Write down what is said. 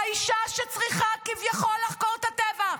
האישה שצריכה כביכול לחקור את הטבח,